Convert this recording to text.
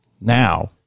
now